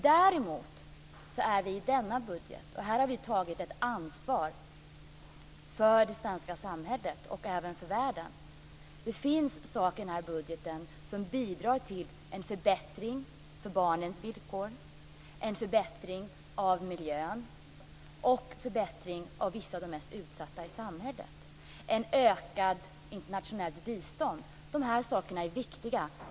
Däremot finns det saker i budgeten - och här har vi tagit ett ansvar för det svenska samhället och även för världen - som bidrar till en förbättring av barnens villkor, en förbättring av miljön och en förbättring för vissa av de mest utsatta i samhället, och det finns ett ökat internationellt bistånd. De här sakerna är viktiga.